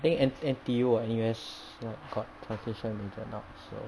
I think N_T_U or N_U_S like got translation major now so